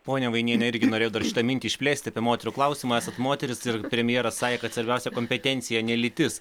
ponia vainiene irgi norėjau dar šitą mintį išplėsti apie moterų klausimą esat moteris ir premjeras sakė kad svarbiausia kompetencija ne lytis